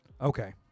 Okay